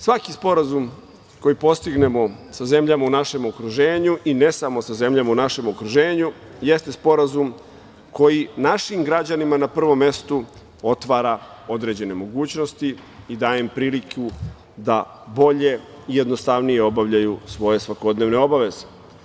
Svaki sporazum koji postignemo sa zemljama u našem okruženju, i ne samo sa zemljama u našem okruženju, jeste sporazum koji našim građanima na prvom mestu otvara određene mogućnosti i daje im priliku da bolje i jednostavnije obavljaju svoje svakodnevne obaveze.